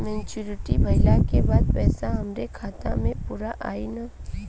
Maturity भईला के बाद पईसा हमरे खाता म पूरा आई न?